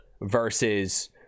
versus